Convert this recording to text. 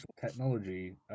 technology